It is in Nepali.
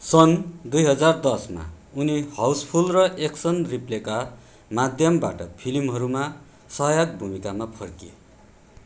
सन् दुई हजार दसमा उनी हाउसफुल र एक्सन रिप्लेका माध्यमबाट फिल्महरूमा सहायक भूमिकामा फर्किए